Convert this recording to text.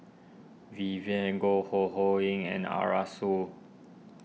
Vivien Goh Ho Ho Ying and Arasu